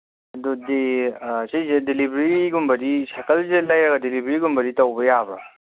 ꯑꯗꯨꯗꯤ ꯁꯤꯁꯦ ꯗꯤꯂꯤꯕꯔꯤꯒꯨꯝꯕ ꯁꯥꯏꯀꯜꯁꯦ ꯂꯩꯔꯒ ꯗꯤꯂꯤꯕꯔꯤꯒꯨꯝꯕꯗꯤ ꯇꯧꯕ ꯌꯥꯕ꯭ꯔꯥ